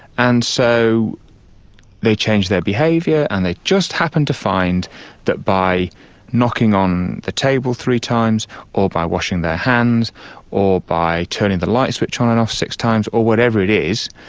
and so they change their behaviour and they just happen to find that by knocking on the table three times or by washing their hands or by turning the light switch on and off six times, or whatever it is,